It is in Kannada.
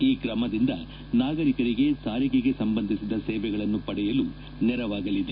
ಈ ಕ್ರಮದಿಂದ ನಾಗರಿಕರಿಗೆ ಸಾರಿಗೆಗೆ ಸಂಬಂಧಿಸಿದ ಸೇವೆಗಳನ್ನು ಪಡೆಯಲು ನೆರವಾಗಲಿದೆ